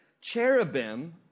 Cherubim